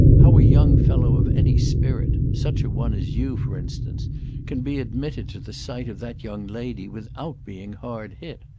how a young fellow of any spirit such a one as you for instance can be admitted to the sight of that young lady without being hard hit.